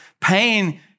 pain